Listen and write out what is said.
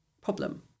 problem